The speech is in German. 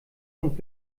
und